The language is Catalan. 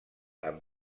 amb